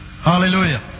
Hallelujah